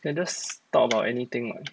can just talk about anything not